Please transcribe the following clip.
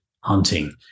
Hunting